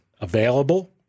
available